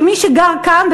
כי מי שגר כאן,